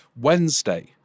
Wednesday